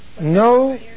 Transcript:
no